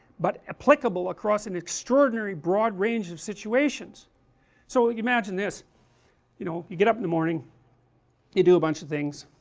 but applicable across an extraordinary broad range of situations so, imagine this you know, you get up in the morning you do a bunch of things